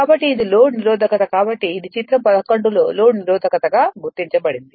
కాబట్టి ఇది లోడ్ నిరోధకత కాబట్టి ఇది చిత్రం 11 లో లోడ్ నిరోధకత గా గుర్తించబడినది